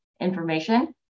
information